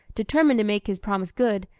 determined to make his promise good,